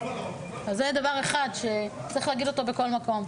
זה דבר אחד שצריך להגיד בכל מקום.